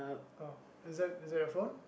oh is that is that your phone